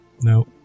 No